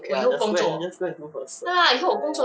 okay lah just go and just go and do for the cert ya ya